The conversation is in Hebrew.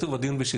לא.